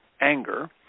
anger